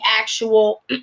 actual